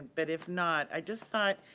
but if not, i just thought,